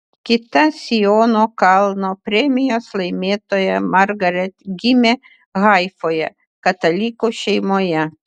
kita siono kalno premijos laimėtoja margaret gimė haifoje katalikų šeimoje